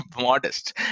modest